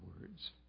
words